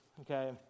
okay